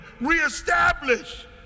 reestablish